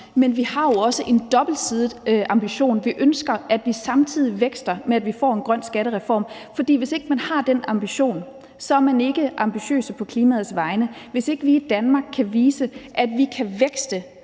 men vi har jo også en dobbeltsidet ambition. Vi ønsker, at vi vækster, samtidig med at vi får en grøn skattereform. For hvis ikke man har den ambition, er man ikke ambitiøs på klimaets vegne. Hvis ikke vi i Danmark kan vise, at vi kan vækste,